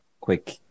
quick